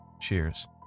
Cheers